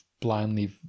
blindly